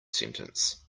sentence